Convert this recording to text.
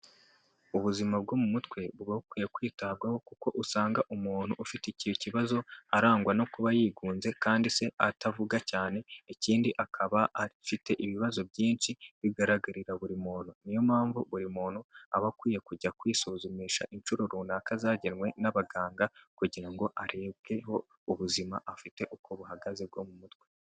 Ubuzima bwo mu mutwe buba bukwiye kwitabwaho kuko usanga umuntu ufite iki kibazo arangwa no kuba yigunze kandi se atavuga cyane, ikindi akaba afite ibibazo byinshi bigaragarira buri muntu. Niyo mpamvu buri muntu aba akwiye kujya kwisuzumisha inshuro runaka zagenwe n'abaganga, kugira ngo harebwe aho ubuzima afite uko buhagaze bwo mu mutwe.